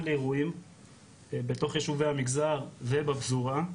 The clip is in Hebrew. לאירועים בתוך יישובי המגזר ובפזורה,